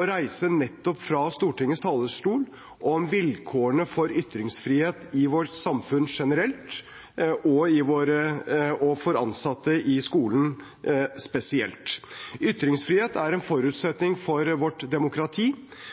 å reise nettopp fra Stortingets talerstol enn vilkårene for ytringsfrihet i vårt samfunn generelt og for ansatte i skolen spesielt. Ytringsfrihet er en forutsetning for vårt demokrati,